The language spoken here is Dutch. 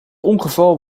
ongeval